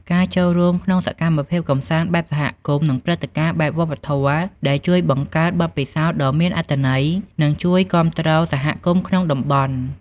ការចូលរួមក្នុងសកម្មភាពកម្សាន្តបែបសហគមន៍ និងព្រឹត្តិការណ៍បែបវប្បធម៌ ដែលជួយបង្កើតបទពិសោធន៍ដ៏មានអត្ថន័យ និងជួយគាំទ្រសហគមន៍ក្នុងតំបន់។